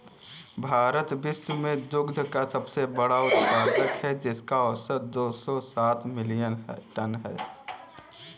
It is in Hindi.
भारत विश्व में दुग्ध का सबसे बड़ा उत्पादक है, जिसका औसत दो सौ साठ मिलियन टन है